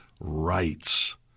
rights